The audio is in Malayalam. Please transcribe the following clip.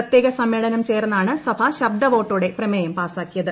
പ്രത്യേക സമ്മേളനം ചേർന്നാണ് സഭ ശബ്ദ വോട്ടോടെ പ്രമേയം പാസാക്കിയ്ത്